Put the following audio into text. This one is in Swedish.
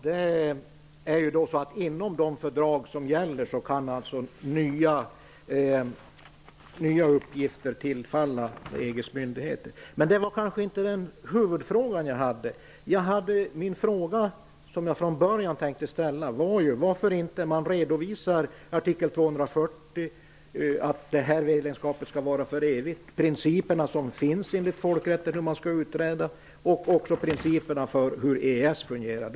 Herr talman! Ja, inom de fördrag som gäller kan nya uppgifter tillfalla EG:s myndigheter, men det var inte det som var min huvudfråga, utan det var den som jag från början tänkte ställa så här: Varför redovisar man inte vad som står i artikel 240, att medlemskapet skall vara för evigt, principerna för utträde som finns enligt folkrätten och också principerna för hur EES fungerar?